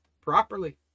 properly